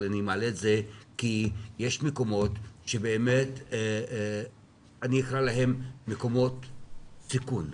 אבל אני מעלה אותה כי יש מקומות שבאמת אני אקרא להם הם מקומות סיכון.